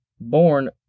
born